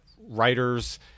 writers